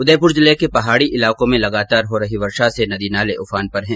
उदयपुर जिले के पहाडी इलाकों में लगातार हो रही वर्षा से नदी नाले उफान पर है